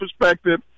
perspective